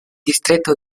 distretto